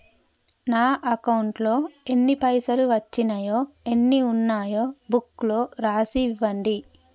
నా అకౌంట్లో ఎన్ని పైసలు వచ్చినాయో ఎన్ని ఉన్నాయో బుక్ లో రాసి ఇవ్వండి?